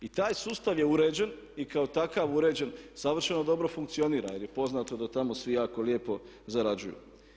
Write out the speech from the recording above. I taj sustav je uređen i kao takav uređen savršeno dobro funkcionira jer je poznato da tamo svi jako lijepo zarađuju.